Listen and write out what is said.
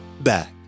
back